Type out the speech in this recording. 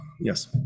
yes